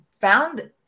found